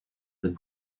than